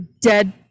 dead